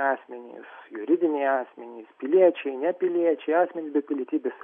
asmenys juridiniai asmenys piliečiai nepiliečiai asmenys be pilietybės